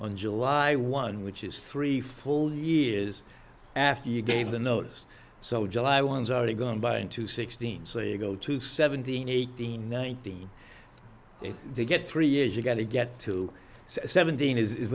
on july one which is three full years after you gave the notice so july one's already gone by in two sixteen so you go to seventeen eighteen nineteen if they get three years you've got to get to seventeen is